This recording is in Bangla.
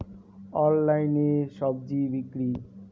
অনলাইনে স্বজি বিক্রি?